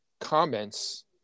comments